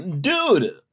Dude